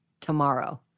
tomorrow